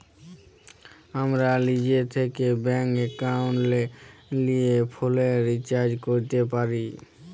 আমরা লিজে থ্যাকে ব্যাংক একাউলটে লিয়ে ফোলের রিচাজ ক্যরতে পারি